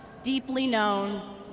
deeply known,